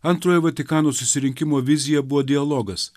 antrojo vatikano susirinkimo vizija buvo dialogas